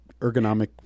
ergonomic